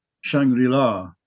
Shangri-La